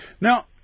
Now